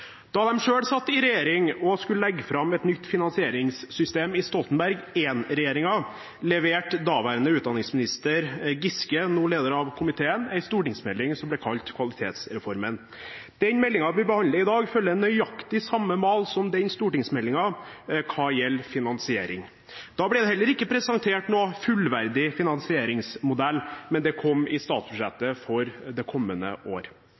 Da Arbeiderpartiet selv satt i regjering og skulle legge fram et nytt finansieringssystem i Stoltenberg I-regjeringen, leverte daværende utdanningsminister Giske, nå leder av komiteen, en stortingsmelding som ble kalt Kvalitetsreformen. Den meldingen vi behandler i dag, følger nøyaktig samme mal som den stortingsmeldingen hva gjelder finansiering. Da ble det heller ikke presentert noen fullverdig finansieringsmodell, men det kom i statsbudsjettet for det kommende år.